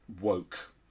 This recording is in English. woke